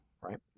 Right